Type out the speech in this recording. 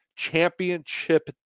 championship